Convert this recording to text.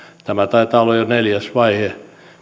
tämä taitaa olla jo neljäs vaihe